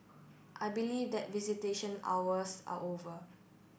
I believe that visitation hours are over